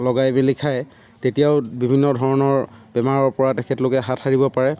লগাই মেলি খাই তেতিয়াও বিভিন্ন ধৰণৰ বেমাৰৰ পৰা তেখেতলোকে হাত সাৰিব পাৰে